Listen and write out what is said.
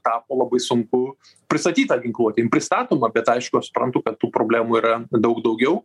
tapo labai sunku pristatyt tą ginkluotę jin pristatoma bet aišku aš suprantu kad tų problemų yra daug daugiau